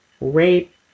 rape